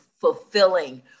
fulfilling